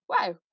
wow